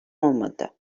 olmadı